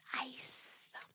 ice